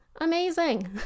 amazing